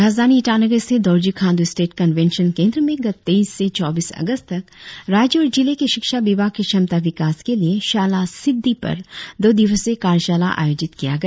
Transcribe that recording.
राजधानी ईटानगर स्थित Dorjee Khandu state convention केंद्र में गत तेईस से चौबीस अगस्त तक राज्य और जिले के शिक्षा विभाग के क्षमता विकास के लिए शाला सिद्दी पर दो दिवसीय कार्यशाला आयोजित किया गया